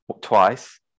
twice